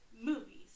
movies